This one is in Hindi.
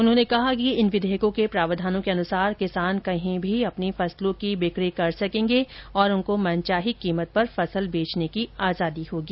उन्होंने कहा कि इन विधेयकों के प्रावधानों के अनुसार किसान कहीं भी अपनी फसलों की बिक्री कर सकेंगे और उनको मनचाही कीमत पर फसल बेचने की आजादी होगी